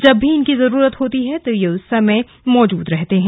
जब भी इनकी जरूरत होती है यह उस समय मौजूद रहते हैं